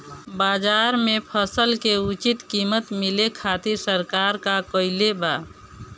बाजार में फसल के उचित कीमत मिले खातिर सरकार का कईले बाऽ?